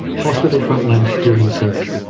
hospital frontlines during the search.